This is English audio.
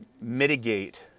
mitigate